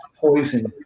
poison